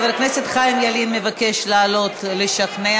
חבר הכנסת חיים ילין מבקש לעלות לשכנע,